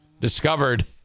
discovered